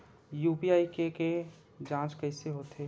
UPI के के जांच कइसे होथे?